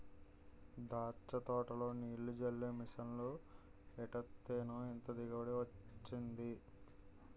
దాచ్చ తోటలో నీల్లు జల్లే మిసన్లు ఎట్టేత్తేనే ఇంత దిగుబడి వొచ్చింది